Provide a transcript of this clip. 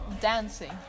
Dancing